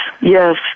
yes